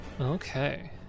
Okay